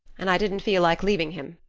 and i didn't feel like leaving him.